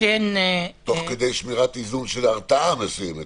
תוך כדי שמירת איזון של הרתעה מסוימת.